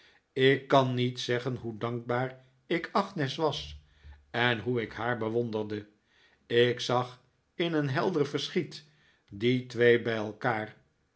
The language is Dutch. ik kan niet zeggen hoe dankbaar ik agnes was en hoe ik haar bewonderde ik zag in een helder verschiet die twee bij elkaar